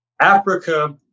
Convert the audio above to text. Africa